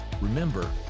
Remember